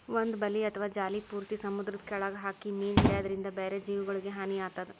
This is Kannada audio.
ಒಂದ್ ಬಲಿ ಅಥವಾ ಜಾಲಿ ಪೂರ್ತಿ ಸಮುದ್ರದ್ ಕೆಲ್ಯಾಗ್ ಹಾಕಿ ಮೀನ್ ಹಿಡ್ಯದ್ರಿನ್ದ ಬ್ಯಾರೆ ಜೀವಿಗೊಲಿಗ್ ಹಾನಿ ಆತದ್